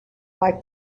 like